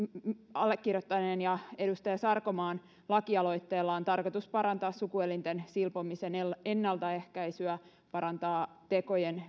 allekirjoittaneen ja edustaja sarkomaan lakialoitteilla on tarkoitus parantaa sukuelinten silpomisen ennaltaehkäisyä parantaa tekojen